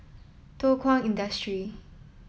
Thow Kwang Industry